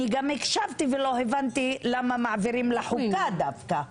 אני גם הקשבתי ולא הבנתי למה מעבירים לחוקה דווקא.